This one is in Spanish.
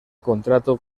contrato